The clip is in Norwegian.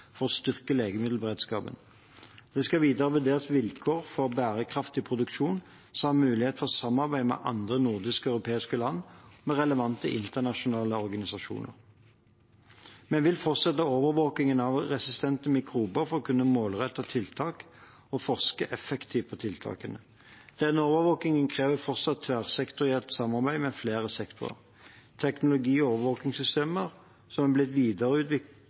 for å styrke legemiddelberedskapen. Det skal videre vurderes vilkår for bærekraftig produksjon samt muligheter for samarbeid med andre nordiske og europeiske land og med relevante internasjonale organisasjoner. Vi vil fortsette overvåkingen av resistente mikrober for å kunne målrette tiltak og forske på effekten av tiltakene. Denne overvåkingen krever fortsatt tverrsektorielt samarbeid med flere sektorer. Teknologi og overvåkingssystemer som er blitt